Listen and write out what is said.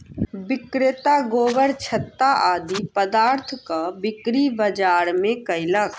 विक्रेता गोबरछत्ता आदि पदार्थक बिक्री बाजार मे कयलक